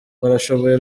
barashoboye